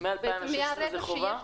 מ-2016 זה חובה?